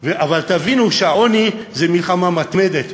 אבל תבינו שהעוני זה מלחמה מתמדת,